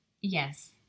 Yes